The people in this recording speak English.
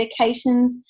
medications